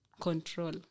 control